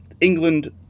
England